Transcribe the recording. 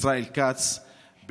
ישראל כץ,